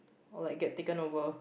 or like get taken over